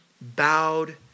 bowed